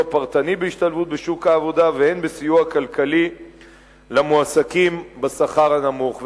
פרטני בהשתלבות בשוק העבודה והן בסיוע כלכלי למועסקים בשכר הנמוך.